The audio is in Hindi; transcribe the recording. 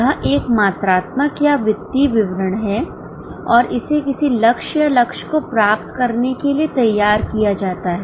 यह एक मात्रात्मक या वित्तीय विवरण है और इसे किसी लक्ष्य या लक्ष्य को प्राप्त करने के लिए तैयार किया जाता है